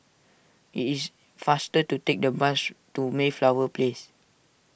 it is faster to take the bus to Mayflower Place